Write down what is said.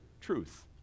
truth